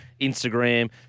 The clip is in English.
Instagram